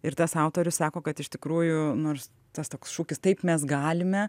ir tas autorius sako kad iš tikrųjų nors tas toks šūkis taip mes galime